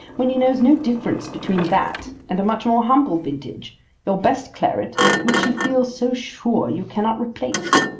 when he knows no difference between that and a much more humble vintage your best claret which you feel so sure you cannot replace?